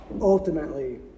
ultimately